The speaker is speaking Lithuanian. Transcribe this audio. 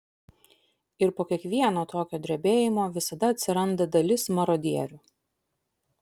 ir po kiekvieno tokio drebėjimo visada atsiranda dalis marodierių